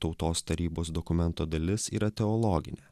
tautos tarybos dokumento dalis yra teologinė